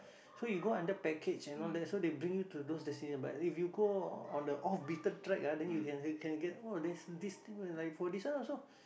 so you go under package and all that so they bring you to those but if you go on the off-beaten track ah then you can get you can get oh there's this thing where like for this one also